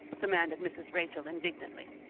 demanded mrs. rachel indignantly.